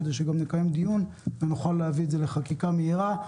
כדי לקיים דיון ולהביא את זה לחקיקה מהירה.